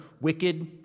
wicked